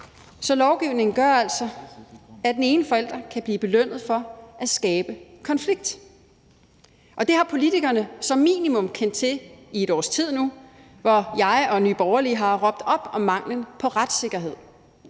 Så lovgivningen gør altså, at den ene forælder kan blive belønnet for at skabe konflikt. Og det har politikerne som minimum kendt til i et års tid nu, hvor jeg og Nye Borgerlige har råbt op om manglen på retssikkerhed.